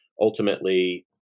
ultimately